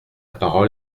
parole